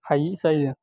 हायि जायो